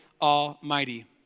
Almighty